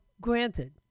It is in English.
granted